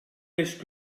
beş